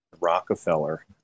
rockefeller